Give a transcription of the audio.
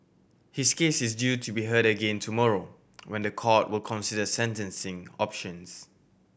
his case is due to be heard again tomorrow when the court will consider sentencing options